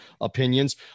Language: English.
opinions